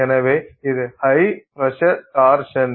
எனவே இது high pressure torsion